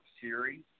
series